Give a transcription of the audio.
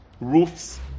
roofs